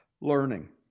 learning